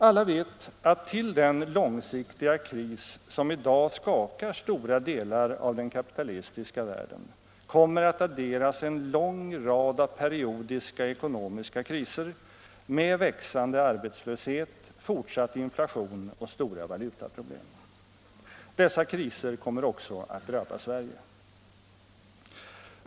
Alla vet att till den långsiktiga kris som i dag skakar stora delar av den kapitalistiska världen kommer att adderas en lång rad av periodiska ekonomiska kriser med växande arbetslöshet, fortsatt inflation och stora valutaproblem. Dessa kriser kommer också att drabba Sverige.